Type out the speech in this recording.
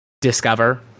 discover